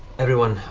everyone,